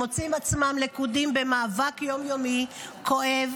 הם מוצאים עצמם לכודים במאבק יום-יומי כואב